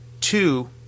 two